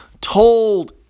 told